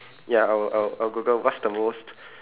ya I would I would I would Google what's the most